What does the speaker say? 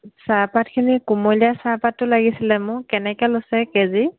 চাহপাতখিনি কুমলীয়া চাহপাতটো লাগিছিলে মোক কেনেকৈ লৈছে কে জি